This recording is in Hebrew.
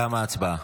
תמה ההצבעה.